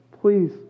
please